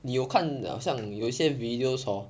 你有看好像有一些 videos hor